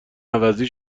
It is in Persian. عوضی